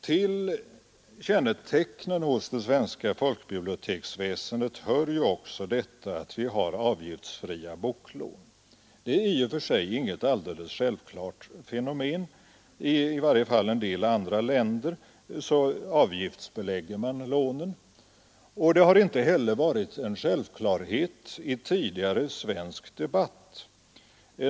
Till kännetecknen på det svenska folk biblioteksväsendet hör också att vi har avgiftsfria boklån. Det är i och för sig inte något alldeles självklart fenomen. I varje fall avgiftsbelägger man lånen i en del andra länder, och avgiftsfriheten har inte heller i tidigare svensk debatt varit en självklarhet.